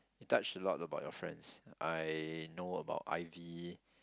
touch a lot about your friends I know about Ivy